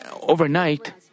overnight